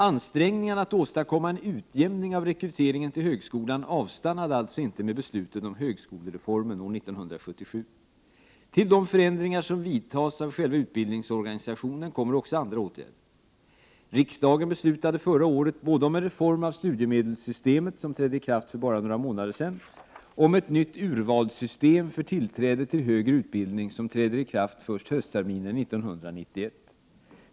Ansträngningarna att åstadkomma en utjämning av rekryteringen till högskolan avstannade alltså inte med beslutet om högskolereformen år 1977. Till de förändringar som vidtas av själva utbildningsorganisationen kommer också andra åtgärder. Riksdagen beslutade förra året både om en reform av studiemedelssystemet, som trädde i kraft för bara några månader sedan, och om ett nytt urvalssystem för tillträde till högre utbildning som träder i kraft först höstterminen 1991.